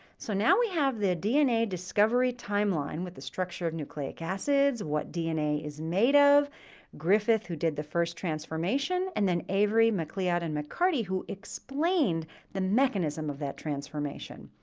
so now we have the dna discovery timeline with the structure of nucleic acids what dna is made of griffith, who did the first transformation and then avery, macleod, and mccarty who explained the mechanism of that transformation.